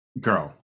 Girl